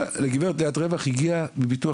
לגברת ליאת רווח הגיע לקבל הכול מביטוח